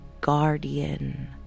Guardian